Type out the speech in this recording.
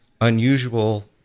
unusual